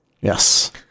Yes